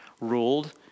ruled